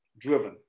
driven